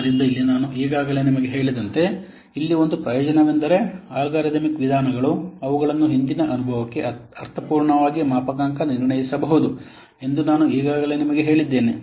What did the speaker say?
ಆದ್ದರಿಂದ ಇಲ್ಲಿ ನಾನು ಈಗಾಗಲೇ ನಿಮಗೆ ಹೇಳಿದಂತೆ ಇಲ್ಲಿ ಒಂದು ಪ್ರಯೋಜನವೆಂದರೆ ಅಲ್ಗಾರಿದಮಿಕ್ ವಿಧಾನಗಳು ಅವುಗಳನ್ನು ಹಿಂದಿನ ಅನುಭವಕ್ಕೆ ಅರ್ಥಪೂರ್ಣವಾಗಿ ಮಾಪನಾಂಕ ನಿರ್ಣಯಿಸಬಹುದು ಎಂದು ನಾನು ಈಗಾಗಲೇ ನಿಮಗೆ ಹೇಳಿದ್ದೇನೆ